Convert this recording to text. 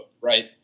Right